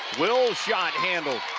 wills shot handle